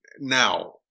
now